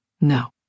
No